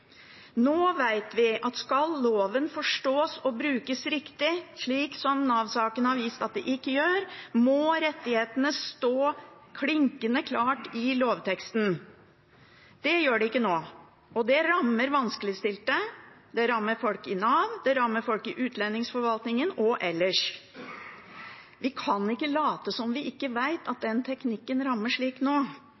Nå vet vi at skal loven forstås og brukes riktig, slik som Nav-saken har vist at den ikke gjør, må rettighetene stå klinkende klart i lovteksten. Det gjør de ikke nå. Det rammer vanskeligstilte, det rammer folk i Nav, og det rammer folk i utlendingsforvaltningen og ellers. Vi kan ikke late som om vi ikke vet at